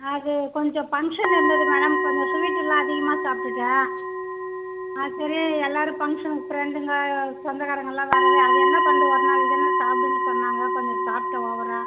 அது கொஞ்சம் ஃபங்க்ஷன்னு இருந்தது மேடம் கொஞ்சம் ஸ்வீட்டெல்லாம் அதிகமாக சாப்பிடுட்டேன் ஆ சரி எல்லாரும் ஃபங்க்ஷன்னு ஃப்ரெண்டுங்க சொந்தக்காரங்கள்லாம் வரவே அது என்ன பண்ணும் ஒரு நாளைக்கு தான சாப்பிடுன்னு சொன்னாங்க கொஞ்சம் சாப்பிட்டேன் ஓவராக